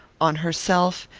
on herself,